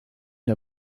der